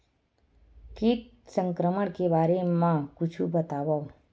कीट संक्रमण के बारे म कुछु बतावव?